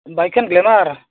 বাইকখন গ্লেমাৰ